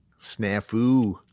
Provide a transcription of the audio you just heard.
Snafu